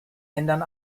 ändern